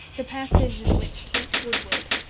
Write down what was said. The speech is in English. the passage in which kate woodward,